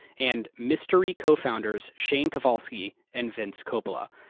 and mystery co-founders shane kovalsky and vince coppola.